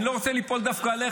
אני לא רוצה ליפול דווקא עליך.